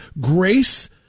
Grace